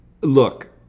Look